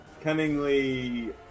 cunningly